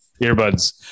earbuds